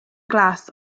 glass